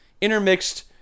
Intermixed